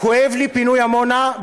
כואב לי פינוי עמונה,